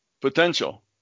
potential